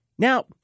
Now